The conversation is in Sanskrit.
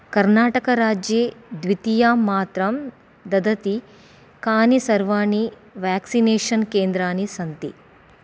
कर्णाटकराज्ये द्वितीयां मात्रां ददति कानि सर्वाणि वेक्सिनेषन् केन्द्राणि सन्ति